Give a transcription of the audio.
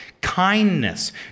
kindness